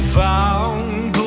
found